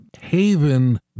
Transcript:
Haven